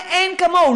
מאין כמוהו,